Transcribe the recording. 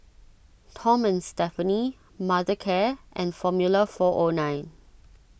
Tom and Stephanie Mothercare and Formula four O nine